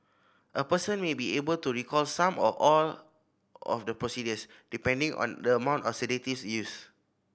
a person may be able to recall some or all of the procedures depending on the amount of sedatives used